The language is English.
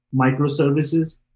microservices